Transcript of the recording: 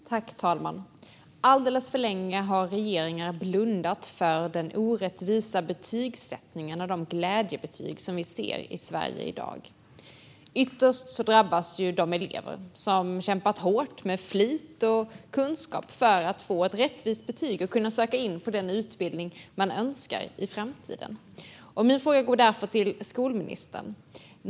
Fru talman! Alldeles för länge har regeringen blundat för den orättvisa betygsättningen och de glädjebetyg vi ser i Sverige i dag. Ytterst drabbas de elever som med flit och kunskap kämpat hårt för att få ett rättvist betyg och kunna söka in på den utbildning de önskar i framtiden. Min fråga går därför till skolministern.